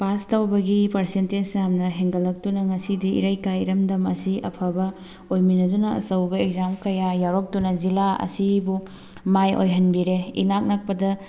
pass ꯇꯧꯕꯒꯤ percentage ꯌꯥꯝꯅ ꯍꯦꯟꯖꯠꯂꯛꯇꯨꯅ ꯉꯁꯤꯗꯤ ꯏꯔꯩꯀꯥꯏ ꯏꯔꯝꯗꯝ ꯑꯁꯤ ꯑꯐꯕ ꯑꯣꯏꯃꯤꯟꯅꯗꯨꯅ ꯑꯆꯧꯕ ꯑꯦꯛꯖꯥꯝ ꯀꯌꯥ ꯌꯥꯎꯔꯛꯇꯨꯅ ꯖꯤꯜꯂꯥ ꯑꯁꯤꯕꯨ ꯃꯥꯏ ꯑꯣꯏꯍꯟꯕꯤꯔꯦ ꯏꯅꯥꯛ ꯅꯛꯄꯗ